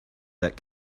that